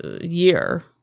year